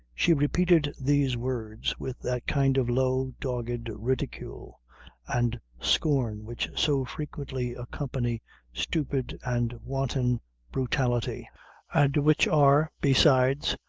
she repeated these words with that kind of low, dogged ridicule and scorn which so frequently accompany stupid and wanton brutality and which are, besides,